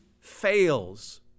fails